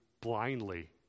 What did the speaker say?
blindly